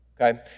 okay